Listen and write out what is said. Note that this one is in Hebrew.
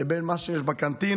לבין מה שיש בקנטינה.